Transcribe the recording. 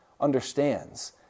understands